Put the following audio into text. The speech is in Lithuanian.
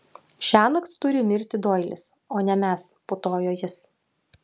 šiąnakt turi mirti doilis o ne mes putojo jis